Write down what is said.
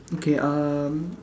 okay um